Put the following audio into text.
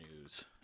news